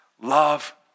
love